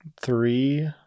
three